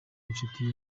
inshuti